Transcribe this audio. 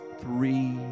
three